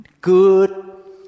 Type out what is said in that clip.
good